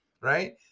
Right